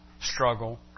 struggle